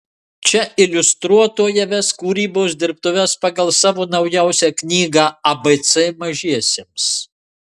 čia iliustruotoja ves kūrybos dirbtuves pagal savo naujausią knygą abc mažiesiems